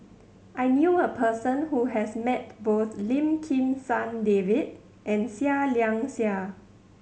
I knew a person who has met both Lim Kim San David and Seah Liang Seah